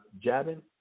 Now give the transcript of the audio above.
Jabin